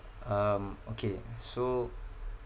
um okay so